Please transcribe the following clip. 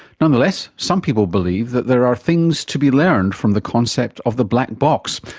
nonetheless, some people believe that there are things to be learned from the concept of the black box,